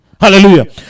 Hallelujah